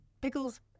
Pickles